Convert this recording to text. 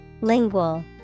Lingual